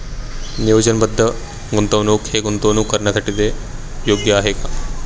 नियोजनबद्ध गुंतवणूक हे गुंतवणूक करण्यासाठी योग्य आहे का?